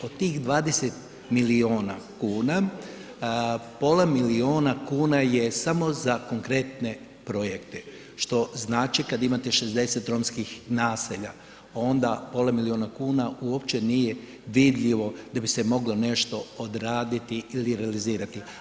Od tih 20 miliona kuna pola miliona kuna je samo za konkretne projekte, što znači kad imate 60 Romskih naselja onda pola miliona kuna uopće nije vidljivo da bi se moglo nešto odraditi ili realizirati.